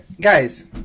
guys